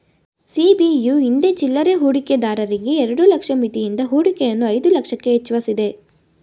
ಸಿ.ಬಿ.ಯು ಹಿಂದೆ ಚಿಲ್ಲರೆ ಹೂಡಿಕೆದಾರರಿಗೆ ಎರಡು ಲಕ್ಷ ಮಿತಿಯಿದ್ದ ಹೂಡಿಕೆಯನ್ನು ಐದು ಲಕ್ಷಕ್ಕೆ ಹೆಚ್ವಸಿದೆ